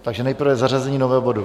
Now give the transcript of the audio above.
Takže nejprve zařazení nového bodu.